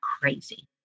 crazy